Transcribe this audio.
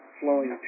flowing